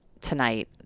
tonight